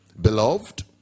beloved